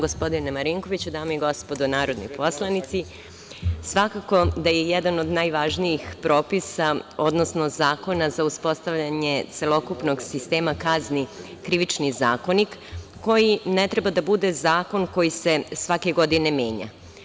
Dame i gospodo narodni poslanici, svakako da je jedan od najvažnijih propisa, odnosno zakona za uspostavljanje celokupnog sistema kazni Krivični zakonik, koji ne treba da bude zakon koji se svake godine menja.